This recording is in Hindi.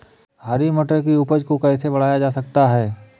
हरी मटर की उपज को कैसे बढ़ाया जा सकता है?